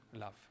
love